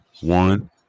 One